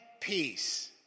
peace